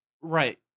Right